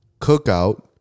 Cookout